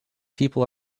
people